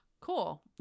cool